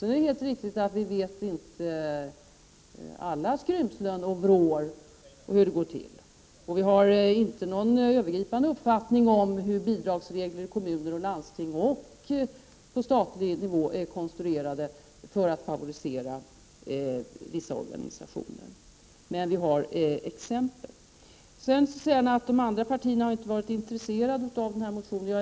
Det är helt riktigt att vi inte känner till alla skrymslen och vrår eller hur det går till, och vi har inte någon övergripande uppfattning om hur bidragsregler i kommuner och landsting och på statlig nivå är konstruerade för att favorisera vissa organisationer, men vi har exempel. Kurt Ove Johansson säger vidare att de andra partierna inte har varit intresserade av denna motion.